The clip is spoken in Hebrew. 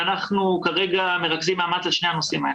אנחנו כרגע מרכזים מאמץ על שני הנושאים האלה.